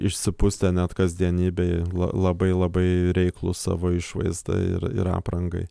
išsipustę net kasdienybėj la labai labai reiklūs savo išvaizdai ir ir aprangai